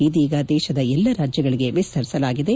ಇದೀಗ ದೇಶದ ಎಲ್ಲಾ ರಾಜ್ವಗಳಗೆ ವಿಸ್ತರಿಸಲಾಗಿದೆ